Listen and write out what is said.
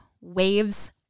waves